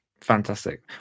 Fantastic